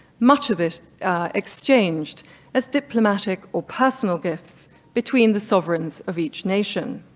much of it exchanged as diplomatic or personal gifts between the sovereigns of each nation.